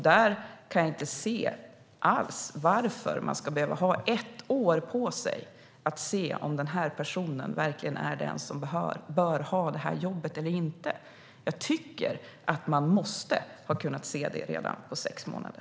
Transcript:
Där kan jag inte alls se varför man ska behöva ha ett år på sig för att se om personen verkligen är den som bör ha jobbet eller inte. Jag tycker att man måste kunna se det redan efter sex månader.